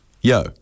yo